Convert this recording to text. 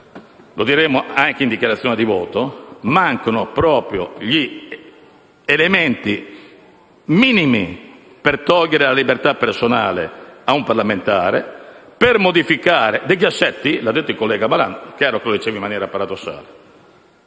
lo diremo anche in dichiarazione di voto - mancano proprio gli elementi minimi per togliere la libertà personale a un parlamentare e per modificare degli assetti. Lo ha detto il collega Malan, seppure, chiaramente, in maniera paradossale: